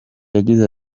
yagize